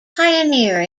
pioneer